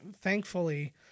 thankfully